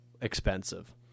expensive